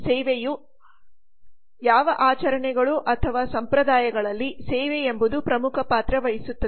ಸೇವೆಯು ಯಾವ ಅರ್ಥವನ್ನು ತರುತ್ತದೆ ಯಾವ ಆಚರಣೆಗಳು ಅಥವಾ ಸಂಪ್ರದಾಯಗಳಲ್ಲಿ ಸೇವೆ ಎಂಬುದು ಪ್ರಮುಖ ಪಾತ್ರ ವಹಿಸುತ್ತದೆ